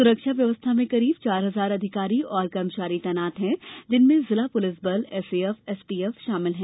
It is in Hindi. सुरक्षा व्यवस्था में करीब चार हजार अधिकारी और कर्मचारी तैनात हैं जिनमें जिला पुलिस बल एसएएफ एसटीएफ शामिल हैं